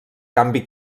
canvi